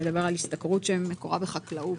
שמדבר על השתכרות שמקורה בחקלאות.